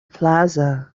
plaza